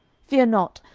fear not.